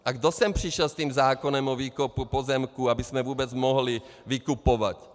A kdo sem přišel s tím zákonem o výkupu pozemků, abychom vůbec mohli vykupovat?